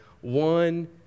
one